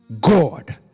God